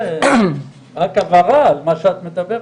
רק הבהרה על מה שאת מדברת.